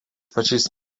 pačiais